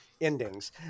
endings